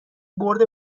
برد